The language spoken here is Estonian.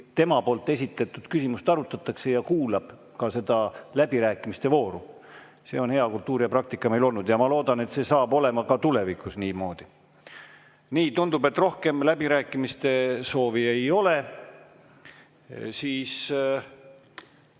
tema esitletud [eelnõu] arutatakse, ja ta kuulab ka seda läbirääkimiste vooru. See on hea kultuur ja selline praktika on meil olnud ja ma loodan, et see saab olema ka tulevikus niimoodi. Nii, tundub, et rohkem läbirääkimiste soovi ei ole. Siis